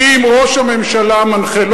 כי אם ראש הממשלה מנחה,